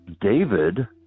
David